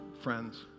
friends